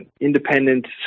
independent